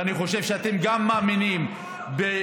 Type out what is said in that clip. ואני חושב שגם אתם מאמינים בפקידים